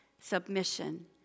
submission